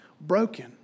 broken